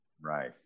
Right